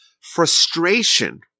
frustration